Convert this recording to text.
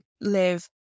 live